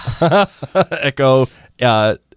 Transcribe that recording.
Echo